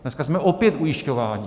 Dneska jsme opět ujišťováni.